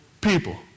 people